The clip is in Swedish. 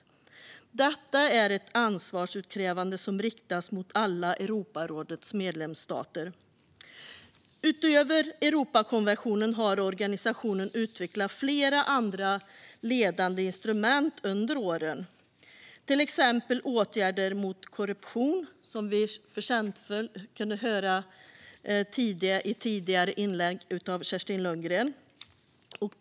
Detta är ett ansvarsutkrävande som riktas mot alla Europarådets medlemsstater. Utöver Europakonventionen har organisationen utvecklat flera andra ledande instrument under åren. Det är till exempel åtgärder mot korruption, som vi tidigare kunde höra Kerstin Lundgren förtjänstfullt redogöra för.